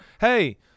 hey